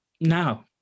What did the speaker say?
now